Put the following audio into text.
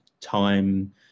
time